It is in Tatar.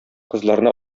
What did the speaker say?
кызларны